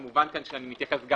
כמובן, אני מתייחס גם